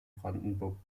brandenburg